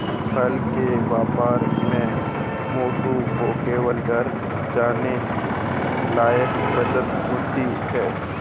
फल के व्यापार में मंटू को केवल घर चलाने लायक बचत होती है